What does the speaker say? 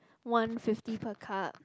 one fifty per cup